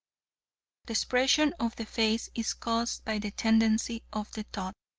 the expression of the face is caused by the tendency of the thought.